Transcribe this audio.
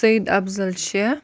Syed Afzal Shah